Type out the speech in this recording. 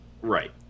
Right